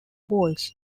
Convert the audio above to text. boys